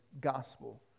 gospel